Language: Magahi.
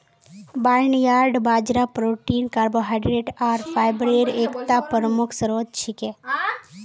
बार्नयार्ड बाजरा प्रोटीन कार्बोहाइड्रेट आर फाईब्रेर एकता प्रमुख स्रोत छिके